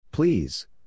Please